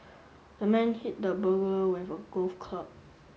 the man hit the burglar with a golf club